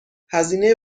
هزینه